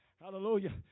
hallelujah